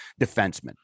defenseman